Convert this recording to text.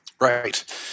Right